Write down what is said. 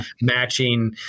matching